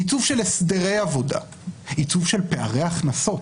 עיצוב של הסדרי עבודה, עיצוב של פערי הכנסות.